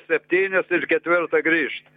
septynias ir ketvirtą grįžta